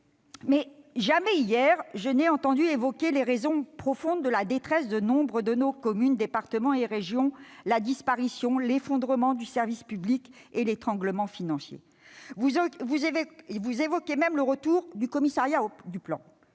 Mais jamais hier je n'ai entendu évoquer les raisons profondes de la détresse de nombre de nos communes, départements et régions : la disparition, l'effondrement du service public et l'étranglement financier. Vous évoquez même le retour du commissariat au plan.